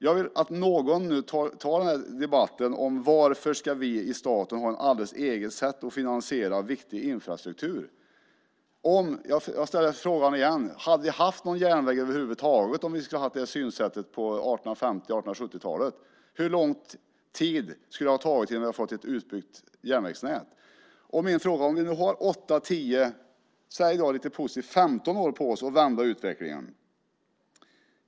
Jag vill att någon nu tar debatten om varför vi i staten ska ha ett alldeles eget sätt att finansiera viktig infrastruktur. Hade vi haft någon järnväg över huvud taget om samma synsätt hade gällt på 1850-1870-talen? Hur lång tid skulle det ha tagit innan vi hade fått ett utbyggt järnvägsnät? Säg att vi har 8-10 eller, för att vara lite positiv, 15 år på oss för att vända utvecklingen.